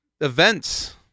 events